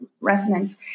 resonance